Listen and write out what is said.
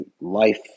life